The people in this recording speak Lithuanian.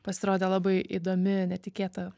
pasirodė labai įdomi netikėta